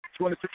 26